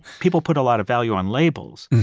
people put a lot of value on labels,